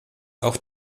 auch